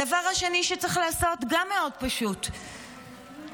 הדבר השני שצריך לעשות גם הוא מאוד פשוט: עקר,